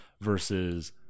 versus